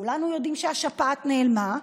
כולנו יודעים שהשפעת נעלמה,